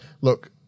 look